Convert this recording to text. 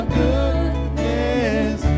goodness